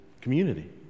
community